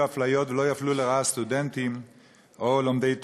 אפליות ולא יפלו לרעה סטודנטים או לומדי תורה,